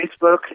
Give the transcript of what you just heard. Facebook